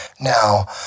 now